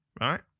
right